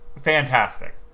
fantastic